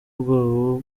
ubwoba